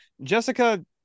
Jessica